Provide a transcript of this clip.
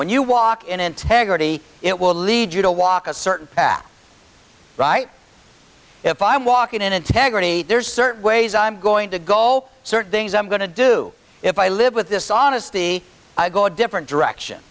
when you walk in integrity it will lead you to walk a certain path right if i'm walking in integrity there's certain ways i'm going to goal certain things i'm going to do if i live with this honesty i go a different direction